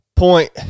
point